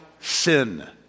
sin